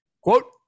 quote